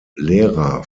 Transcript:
lehrer